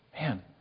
Man